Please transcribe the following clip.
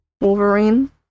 Wolverine